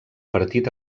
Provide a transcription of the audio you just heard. partit